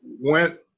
went